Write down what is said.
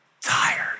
tired